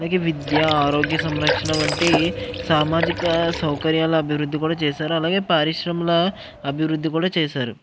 అలాగే విద్యా ఆరోగ్య సంరక్షణ వంటి సామాజిక సౌకర్యాల అభివృద్ధి కూడా చేశారు అలాగే పరిశ్రమల అభివృద్ధి కూడా చేశారు